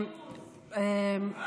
זה מתוך נימוס.